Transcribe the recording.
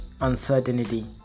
uncertainty